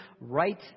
right